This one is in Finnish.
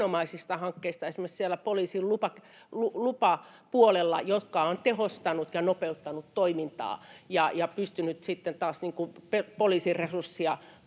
hankkeista, esimerkiksi siellä poliisin lupapuolella, jotka ovat tehostaneet ja nopeuttaneet toimintaa, ja sitten taas poliisin resurssia